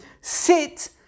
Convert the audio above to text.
sit